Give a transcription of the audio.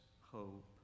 hope